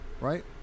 right